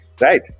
Right